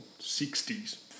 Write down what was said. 60s